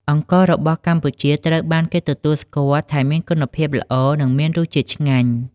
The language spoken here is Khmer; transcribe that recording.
អង្កររបស់កម្ពុជាត្រូវបានគេទទួលស្គាល់ថាមានគុណភាពល្អ និងមានរសជាតិឆ្ងាញ់។